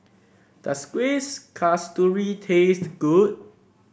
does Kuih Kasturi taste good